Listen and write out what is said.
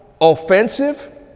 offensive